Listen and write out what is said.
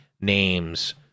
names